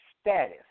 status